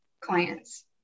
clients